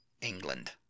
england